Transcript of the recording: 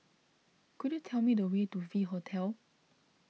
could you tell me the way to V Hotel